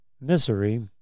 misery